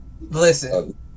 Listen